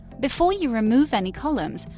before you remove any columns,